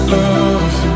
love